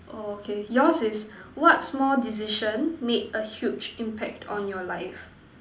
oh okay yours is what small decision made a huge impact on your life